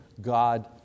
God